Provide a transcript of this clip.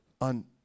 on